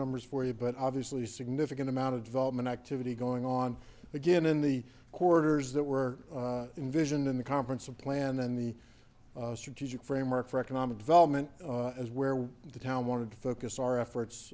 numbers for you but obviously significant amount of development activity going on again in the corridors that were envisioned in the conference a plan then the strategic framework for economic development is where the town wanted to focus our efforts